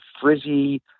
frizzy